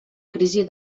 crisi